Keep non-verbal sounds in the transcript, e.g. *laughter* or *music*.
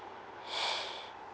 *breath*